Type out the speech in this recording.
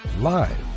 live